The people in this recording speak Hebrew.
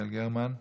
יעל גרמן,